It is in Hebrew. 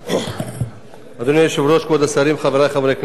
אדוני היושב-ראש, כבוד השרים, חברי חברי הכנסת,